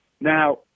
Now